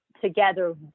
together